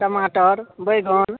टमाटर बैगन